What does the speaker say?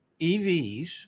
EVs